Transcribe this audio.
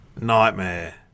Nightmare